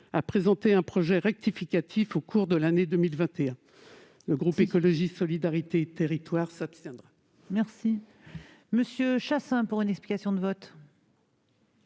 à présenter un projet rectificatif au cours de l'année 2021. Le groupe Écologiste - Solidarité et Territoires s'abstiendra. La parole est à M. Daniel Chasseing, pour explication de vote.